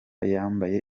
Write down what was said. yambaye